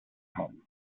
home